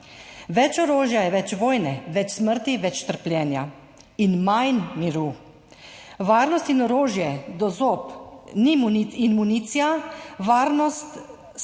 Več orožja je več vojne, več smrti, več trpljenja in manj miru. Varnost ni orožje do zob in municija, varnost so